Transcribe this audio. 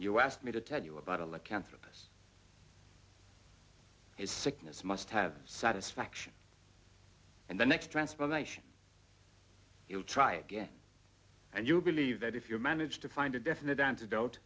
you ask me to tell you about a lot cancerous his sickness must have satisfaction and the next transformation he will try again and you believe that if you manage to find a definite antidote